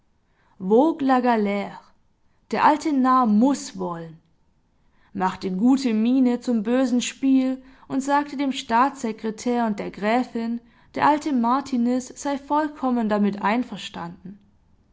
galre der alte narr muß wollen machte gute miene zum bösen spiel und sagte dem staatssekretär und der gräfin der alte martiniz sei vollkommen damit einverstanden